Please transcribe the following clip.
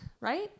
Right